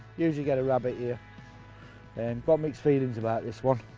usually get a rabbit here and got mixed feelings about this one.